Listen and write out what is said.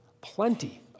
Plenty